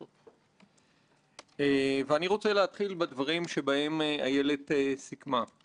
אני מאלה שמאוד מאמינים בכוחה ובחשיבותה של עבודת החקיקה בכנסת,